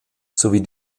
sowie